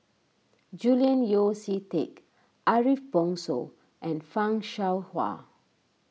Julian Yeo See Teck Ariff Bongso and Fan Shao Hua